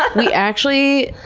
ah we actually,